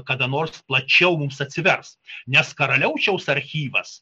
kada nors plačiau mums atsivers nes karaliaučiaus archyvas